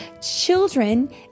children